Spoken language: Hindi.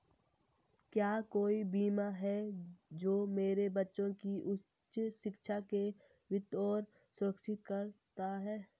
क्या कोई बीमा है जो मेरे बच्चों की उच्च शिक्षा के वित्त को सुरक्षित करता है?